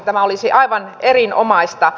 tämä olisi aivan erinomaista